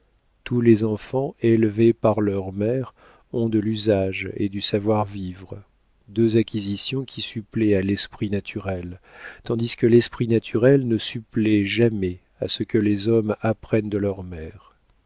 tous les enfants élevés par leurs mères ont de l'usage et du savoir-vivre deux acquisitions qui suppléent à l'esprit naturel tandis que l'esprit naturel ne supplée jamais à ce que les hommes apprennent de leurs mères